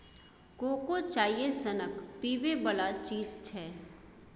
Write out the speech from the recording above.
cocoa चाइए सनक पीबै बला चीज छै